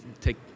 take